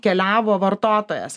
keliavo vartotojas